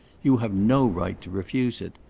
you have no right to refuse it.